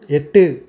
எட்டு